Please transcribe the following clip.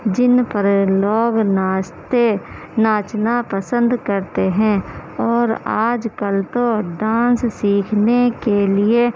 جن پر لوگ ناچتے ناچنا پسند کرتے ہیں اور آج کل تو ڈانس سیکھنے کے لیے